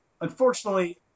Unfortunately